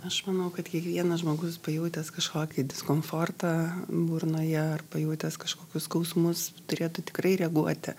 aš manau kad kiekvienas žmogus pajautęs kažkokį diskomfortą burnoje ar pajutęs kažkokius skausmus turėtų tikrai reaguoti